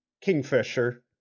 Kingfisher